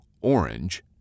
orange